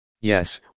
Yes